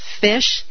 fish